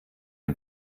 ein